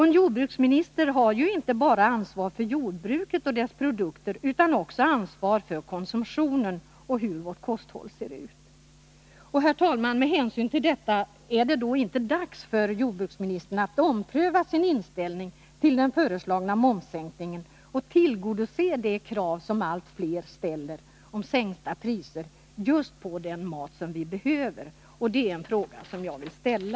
En jordbruksminister har ansvar inte bara för jordbruket och dess produkter, utan också för konsumtionen och hur vårt kosthåll ser ut. Är det inte med hänsyn till detta dags för jordbruksministern att ompröva sin inställning till den föreslagna momssänkningen och tillgodose det krav allt fler ställer på sänkta priser just på den mat vi behöver? Det är en fråga jag vill ställa.